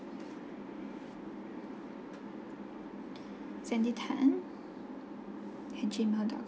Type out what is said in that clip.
sandy tan at gmail dot com